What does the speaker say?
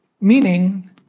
meaning